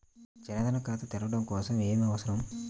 జన్ ధన్ ఖాతా తెరవడం కోసం ఏమి అవసరం?